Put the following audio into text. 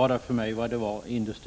här frågorna.